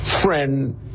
friend